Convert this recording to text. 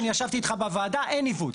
אני ישבתי איתך בוועד ואין עיוות.